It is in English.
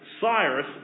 Cyrus